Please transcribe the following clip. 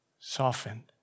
softened